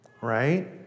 Right